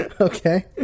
Okay